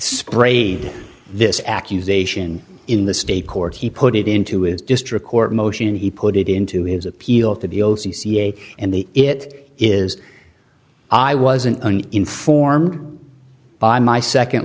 sprayed this accusation in the state court he put it into his district court motion he put it into his appeal to the o c a and the it is i wasn't informed by my second